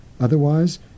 Otherwise